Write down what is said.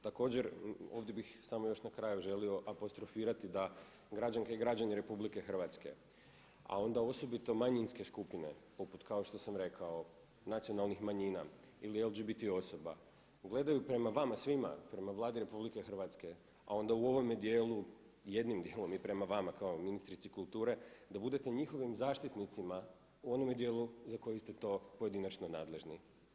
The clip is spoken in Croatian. Također, ovdje bih samo još na kraju želio apostrofirati da građanke i građani RH a onda osobito manjinske skupine poput kao što sam rekao nacionalnih manjina, ili LGBT osoba gledaju prema vama svima, prema Vladi RH a ona u ovome djelu jednim djelom i prema vama kao ministrici kulture da budete njihovim zaštitnicima u onome djelu za koji ste to pojedinačno nadležni.